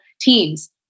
teams